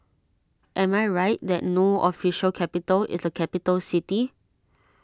am I right that No Official Capital is a capital city